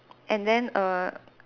and then err